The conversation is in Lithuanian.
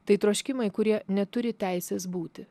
tai troškimai kurie neturi teisės būti